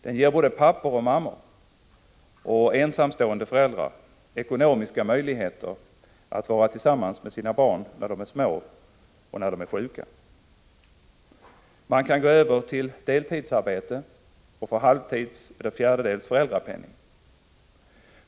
Den ger både pappor och mammor liksom ensamstående föräldrar ekonomiska möjligheter att vara tillsammans med sina barn när dessa är små och när de är sjuka. Man kan gå över till deltidsarbete och få halv eller en fjärdedels föräldrapenning.